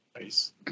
Nice